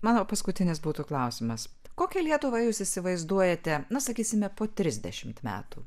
mano paskutinis būtų klausimas kokią lietuvą jūs įsivaizduojate na sakysime po trisdešimt metų